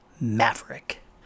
Maverick